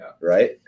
right